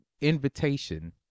invitation